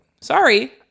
sorry